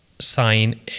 sign